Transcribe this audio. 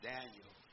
Daniel